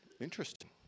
Interesting